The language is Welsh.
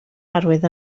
arwydd